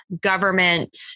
government